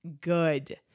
good